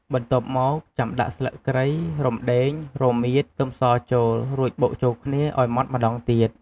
បន្ទាប់មក ចាំដាក់ស្លឹកគ្រៃ រំដេង រមៀត ខ្ទឹមសចូល រួចបុកចូលគ្នាឱ្យម៉ដ្ឋម្តងទៀត។